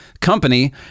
company